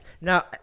Now